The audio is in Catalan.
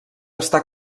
estar